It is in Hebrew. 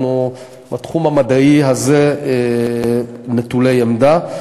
בתחום המדעי הזה אנחנו נטולי עמדה.